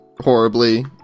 horribly